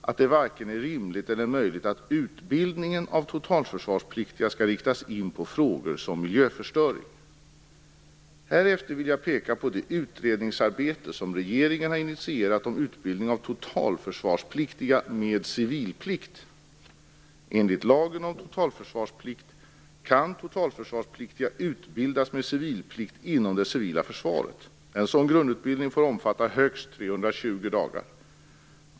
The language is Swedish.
Det är varken rimligt eller möjligt att utbildningen av totalförsvarspliktiga skall riktas in på frågor som miljöförstöring. Härefter vill jag peka på det utredningsarbete som regeringen har initierat om utbildning av totalförsvarspliktiga med civilplikt. Enligt lagen om totalförsvarsplikt kan totalförsvarspliktiga utbildas med civilplikt inom det civila försvaret. En sådan grundutbildning får omfatta högst 320 dagar.